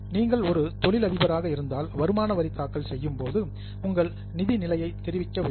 நீங்கள் ஒரு தொழிலதிபராக இருந்தால் வருமான வரி தாக்கல் செய்யும்போது உங்கள் நிதி நிலையை தெரிவிக்க வேண்டும்